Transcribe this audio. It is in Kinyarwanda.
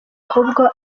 ahubwo